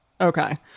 Okay